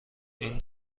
این